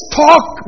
talk